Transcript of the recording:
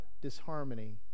disharmony